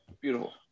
beautiful